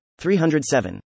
307